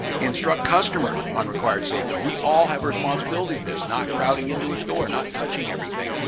instruct customers on required safety, we all have a responsibility to this, not crowding into a store, not touching everything,